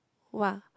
[wah]